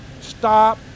stop